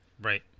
Right